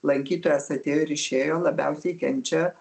lankytojas atėjo ir išėjo labiausiai kenčia